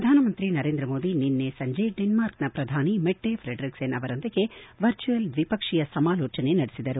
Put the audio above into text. ಪ್ರಧಾನಮಂತ್ರಿ ನರೇಂದ್ರ ಮೋದಿ ನಿನ್ನೆ ಸಂಜೆ ಡೆನ್ಲಾಕ್ನ ಪ್ರಧಾನಿ ಮೆಟ್ಟೆ ಫ್ರೆಡಿಕ್ಲೇನ್ ಅವರೊಂದಿಗೆ ವರ್ಚುಯಲ್ ದ್ತಿಪಕ್ಷೀಯ ಸಮಾಲೋಚನೆ ನಡೆಸಿದರು